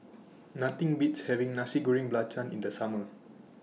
Nothing Beats having Nasi Goreng Belacan in The Summer